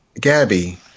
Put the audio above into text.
Gabby